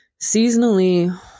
seasonally